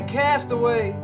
castaway